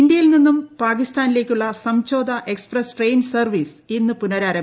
ഇന്ത്യയിൽ നിന്നും പാകിസ്ഥാനിലേക്കുള്ള സംഝോതാ എക്സ്പ്രസ്സ് ട്രെയിൻ സർവ്വീസ് ഇന്ന് പുനരാംഭിക്കും